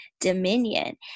dominion